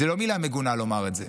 וזו לא מילה מגונה לומר את זה,